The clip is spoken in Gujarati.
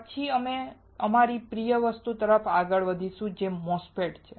પછી અમે અમારી પ્રિય વસ્તુ તરફ આગળ વધીશું જે MOSFET છે